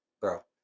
bro